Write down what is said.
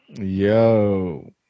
yo